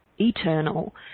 eternal